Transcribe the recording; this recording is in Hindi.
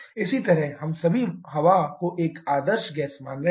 इसी तरह हम सभी हवा को एक आदर्श गैस मान रहे हैं